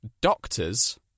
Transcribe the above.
Doctors